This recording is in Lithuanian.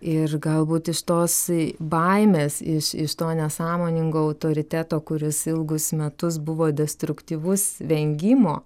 ir galbūt iš tos baimės iš iš to nesąmoningo autoriteto kuris ilgus metus buvo destruktyvus vengimo